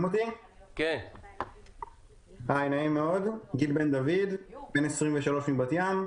נעים מאוד, אני בן 23 מבת ים,